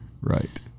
Right